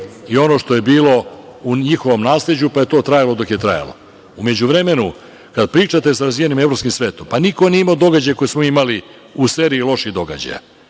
i ono što je bilo u njihovom nasleđu, pa je to trajalo dok je trajalo.U međuvremenu, kada pričate sa razvijenim evropskim svetom. Niko nije imao događaje koje smo mi imali u seriji loših događaja.